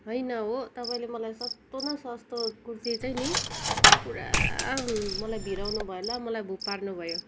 होइन हो तपाईँले मलाई सस्तो न सस्तो कुर्ती चाहिँ नि पुरा मलाई भिराउनुभयो ल मलाई भुपार्नु भयो